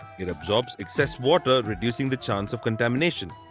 it absorbs excess water reducing the chance of contamination.